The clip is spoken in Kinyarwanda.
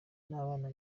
n’abana